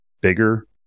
bigger